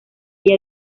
ella